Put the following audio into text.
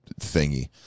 thingy